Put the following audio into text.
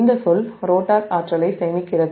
இந்த சொல் ரோட்டார் ஆற்றலை சேமிக்கிறது